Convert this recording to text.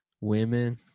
women